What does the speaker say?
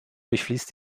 durchfließt